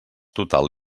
total